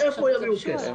מאיפה יביאו כסף?